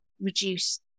reduce